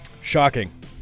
Shocking